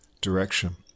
direction